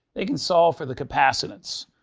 they can solve for the capacitance.